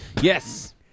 Yes